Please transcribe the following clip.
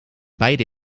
beide